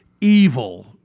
evil